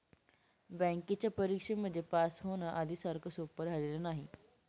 बँकेच्या परीक्षेमध्ये पास होण, आधी सारखं सोपं राहिलेलं नाही